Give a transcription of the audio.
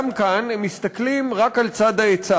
גם כאן הם מסתכלים רק על צד ההיצע